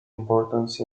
importance